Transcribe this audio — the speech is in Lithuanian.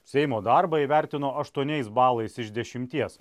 seimo darbą įvertino aštuoniais balais iš dešimties